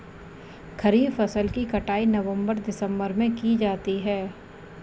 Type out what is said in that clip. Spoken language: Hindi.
खरीफ फसल की कटाई नवंबर दिसंबर में की जाती है